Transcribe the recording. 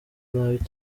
nabi